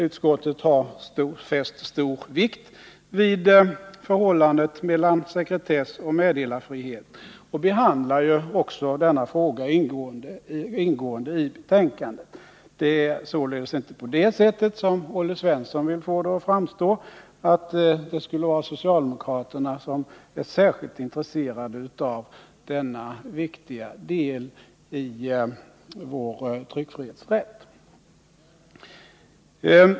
Utskottet har fäst stor vikt vid förhållandet mellan sekretess och meddelarfrihet och behandlar ju också denna fråga ingående i betänkandet. Det är således inte på det sättet, som Olle Svensson vill få det att framstå, att det skulle vara socialdemokraterna som är särskilt intresserade av denna viktiga del i vår tryckfrihetsrätt.